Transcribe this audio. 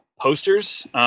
posters